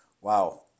wow